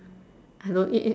I don't eat it